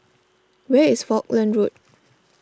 where is Falkland Road